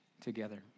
together